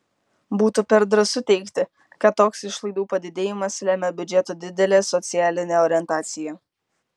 būtų per drąsu teigti kad toks išlaidų padidėjimas lemia biudžeto didelę socialinę orientaciją